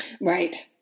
Right